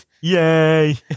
Yay